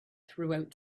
throughout